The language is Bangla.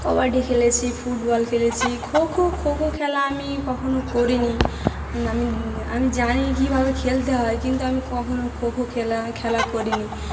কবাডি খেলেছি ফুটবল খেলেছি খোখো খোখো খেলা আমি কখনও করিনি আমি আমি জানি কীভাবে খেলতে হয় কিন্তু আমি কখনও খোখো খেলা খেলা করিনি